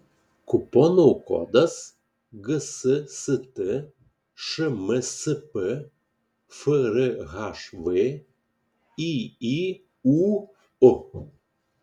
kupono kodas gsst šmsp frhv yyūu